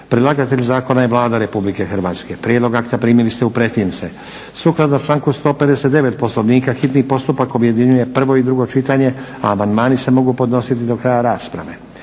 Predlagatelj zakona je Vlada Republike Hrvatske. Prijedlog akta primili ste u pretince. Sukladno članku 159. Poslovnika hitni postupak objedinjuje prvo i drugo čitanje, a amandmani se mogu podnositi do kraja rasprave.